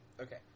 Okay